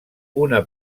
una